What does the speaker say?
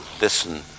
listen